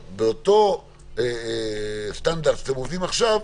באותו סטנדרט שאתם עובדים עכשיו,